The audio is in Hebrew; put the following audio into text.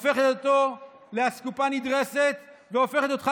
הופכת אותו לאסקופה נדרסת והופכת אותך